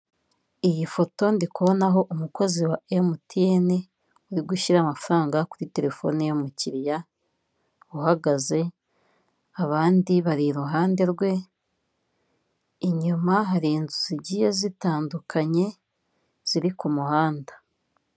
Iyi foto ndi kubonaho umukozi wa emutiyeni, uri gushyira amafaranga kuri telefone y'umukiriya uhagaze, abandi bari iruhande rwe, inyuma hari inzu zigiye zitandukanye, ziri ku muhanda.